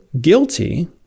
guilty